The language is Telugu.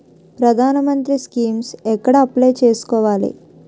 ప్రధాన మంత్రి స్కీమ్స్ ఎక్కడ అప్లయ్ చేసుకోవాలి?